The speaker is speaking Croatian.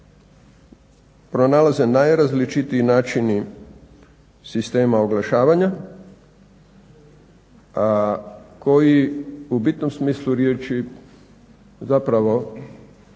pronalaze najrazličitiji načini sistema oglašavanja koji u bitnom smislu riječi zapravo